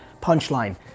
punchline